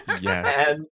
Yes